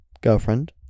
...girlfriend